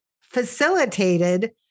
facilitated